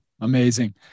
Amazing